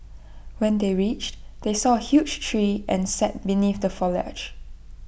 when they reached they saw A huge tree and sat beneath the foliage